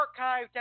archived